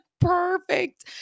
perfect